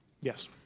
Yes